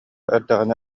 эрдэҕинэ